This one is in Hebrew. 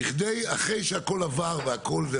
אחרי שהכל עבר והכל זה,